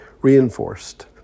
reinforced